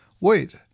Wait